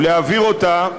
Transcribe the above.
ולהעביר אותה,